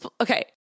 Okay